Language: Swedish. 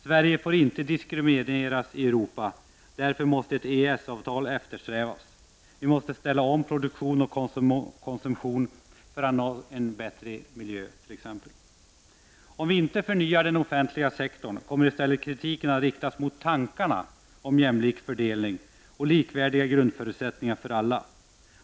Sverige får inte diskrimineras i Europa — därför måste ett EES-avtal eftersträvas, vi måste ställa om produktion och konsumtion för att nå en bättre miljö etc. Om vi inte förnyar den offentliga sektorn kommer i stället kritiken att riktas mot tankarna på jämlik fördelning och likvärdiga grundförutsättningar för alla.